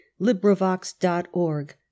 LibriVox.org